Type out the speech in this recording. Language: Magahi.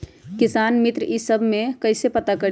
किसान मित्र ई सब मे कईसे पता करी?